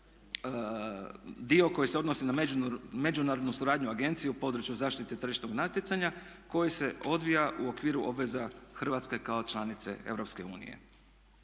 dio koji se odnosi na međunarodnu suradnju agencije u području zaštite tržišnog natjecanja koji se odvija u okviru obveza Hrvatske kao članice